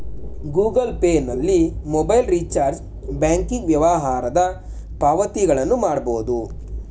Google Pay ನಲ್ಲಿ mobile recharge, banking ವ್ಯವಹಾರದ ಪಾವತಿಗಳನ್ನು ಮಾಡಬೋದು